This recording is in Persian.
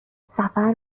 سفر